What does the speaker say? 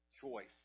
choice